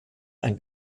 ein